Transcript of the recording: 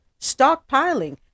stockpiling